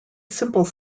simple